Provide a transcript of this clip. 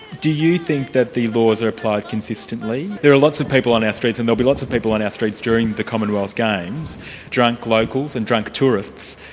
do you think that the laws are applied consistently? there are lots of people on our streets, and there'll be lots of people on our streets during the commonwealth games drunk locals and drunk tourists.